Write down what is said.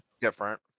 different